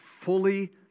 fully